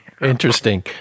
Interesting